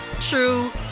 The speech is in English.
true